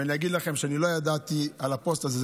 ואני אגיד לכם שאני לא ידעתי על הפוסט הזה.